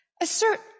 assert